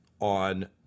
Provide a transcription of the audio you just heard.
on